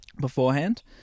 beforehand